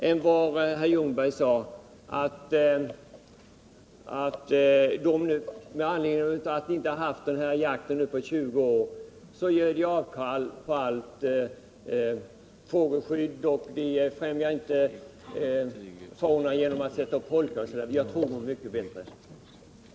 Lars Ljungberg sade att eftersom skärgårdsbefolkningen inte har haft den här jakträtten på 20 år gör den avkall på fågelskyddet, sätter inte upp holkar m.m. Jag tror skärgårdsbefolkningen om mycket bättre.